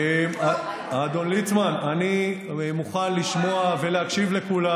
אדון ליצמן, אני מוכן לשמוע ולהקשיב לכולם.